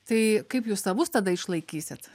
tai kaip jūs tą bus tada išlaikysit